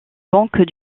banque